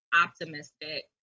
optimistic